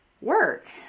work